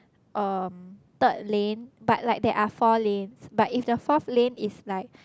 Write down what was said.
um third lane but like there are four lanes but if the fourth lane is like